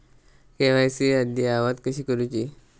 KYC अद्ययावत कशी करुची?